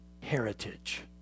heritage